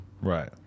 Right